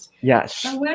yes